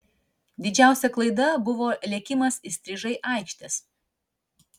didžiausia klaida buvo lėkimas įstrižai aikštės